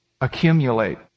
Accumulate